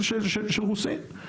של רוסים.